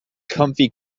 comfy